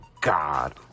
God